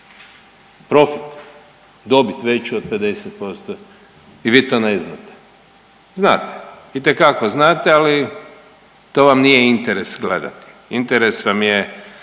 profit, dobit veću od 50% i vi to ne znate, znate, itekako znate, ali to vam nije interes gledati, interes vam je